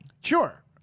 Sure